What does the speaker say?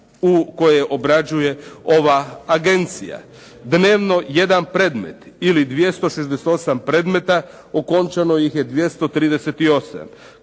koje obrađuje ova agencija. Dnevno jedan predmet ili 268 predmeta okončano ih je 238.